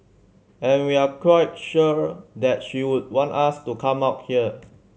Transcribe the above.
and we're quite sure that she would want us to come out here